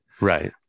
Right